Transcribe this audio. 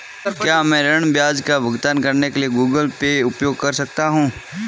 क्या मैं ऋण ब्याज का भुगतान करने के लिए गूगल पे उपयोग कर सकता हूं?